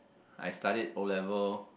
I studied O-level